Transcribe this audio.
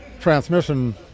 transmission